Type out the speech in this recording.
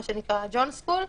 מה שנקרא "ג'ון סקול".